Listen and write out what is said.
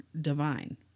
divine